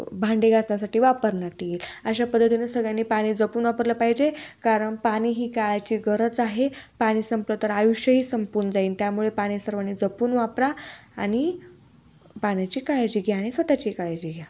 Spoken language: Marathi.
भांडी घासण्यासाठी वापरता येतील अशा पद्धतीनं सगळ्यांनी पाणी जपून वापरलं पाहिजे कारण पानी ही काळाची गरज आहे पाणी संपलं तर आयुष्यही संपून जाईन त्यामुळे पाणी सर्वांनी जपून वापरा आणि पाण्याची काळजी घ्या आणि स्वतःची काळजी घ्या